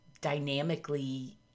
dynamically